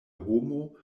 homo